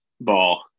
ball